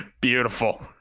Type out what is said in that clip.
Beautiful